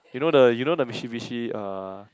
you know the you know the Mitsubishi uh